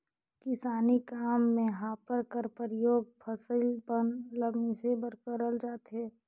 किसानी काम मे हापर कर परियोग फसिल मन ल मिसे बर करल जाथे